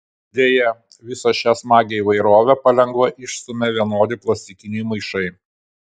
deja visą šią smagią įvairovę palengva išstumia vienodi plastikiniai maišai